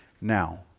Now